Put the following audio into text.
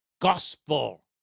gospel